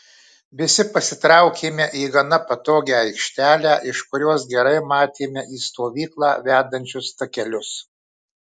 visi pasitraukėme į gana patogią aikštelę iš kurios gerai matėme į stovyklą vedančius takelius